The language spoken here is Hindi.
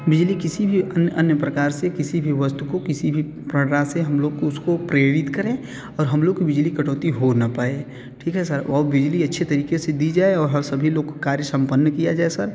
बिजली किसी भी अन्य अन्य प्रकार से किसी भी वस्तु को किसी भी प्रकार से हम लोग उसको प्रेरित करें और हम लोग बिजली कटौती हो ना पाए ठीक है सर वो और बिजली अच्छे तरीके से दी जाए और हर सभी लोग कार्य सम्पन्न किया जाए सर